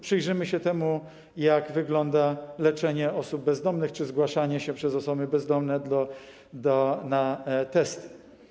Przyjrzymy się temu, jak wygląda leczenie osób bezdomnych czy zgłaszanie się przez osoby bezdomne na testy.